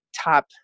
top